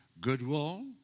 goodwill